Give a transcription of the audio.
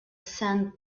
sand